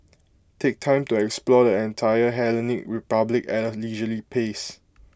take time to explore the entire Hellenic republic at A leisurely pace